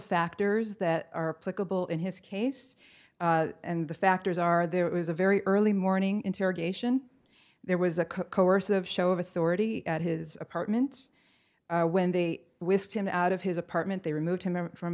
factors that are in his case and the factors are there it was a very early morning interrogation there was a coercive show of authority at his apartment when they whisked him out of his apartment they removed